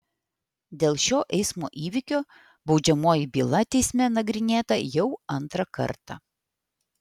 dėl šio eismo įvykio baudžiamoji byla teisme nagrinėta jau antrą kartą